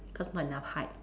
cause not enough height